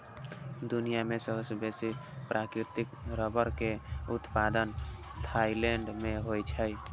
दुनिया मे सबसं बेसी प्राकृतिक रबड़ के उत्पादन थाईलैंड मे होइ छै